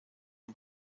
han